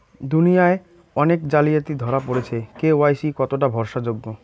দুনিয়ায় অনেক জালিয়াতি ধরা পরেছে কে.ওয়াই.সি কতোটা ভরসা যোগ্য?